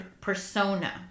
persona